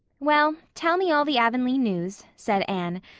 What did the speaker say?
well, tell me all the avonlea news, said anne,